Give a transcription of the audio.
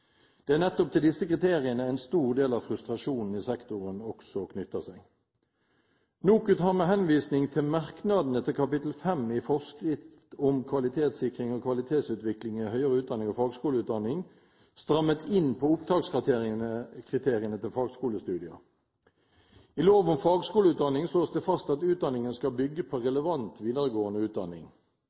Det er nettopp til disse kriteriene en stor del av frustrasjonene i sektoren også knytter seg. NOKUT har med henvisning til merknadene til kapittel 5 i forskrift om kvalitetssikring og kvalitetsutvikling i høyere utdanning og fagskoleutdanning strammet inn på opptakskriteriene til fagskolestudier. I lov om fagskoleutdanning slås det fast at utdanningen skal bygge på «relevant videregående utdanning».